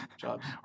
Jobs